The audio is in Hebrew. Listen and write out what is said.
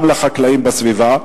גם לחקלאים בסביבה,